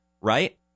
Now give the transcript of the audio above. right